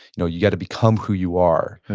you know you gotta become who you are.